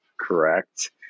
correct